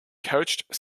coached